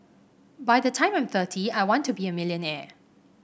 by the time I'm thirty I want to be a millionaire